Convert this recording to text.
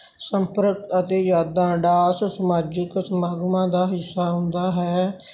ਸੰਪਰਕ ਅਤੇ ਯਾਦਾਂ ਡਾਂਸ ਸਮਾਜਿਕ ਸਮਾਗਮਾਂ ਦਾ ਹਿੱਸਾ ਹੁੰਦਾ ਹੈ